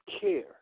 care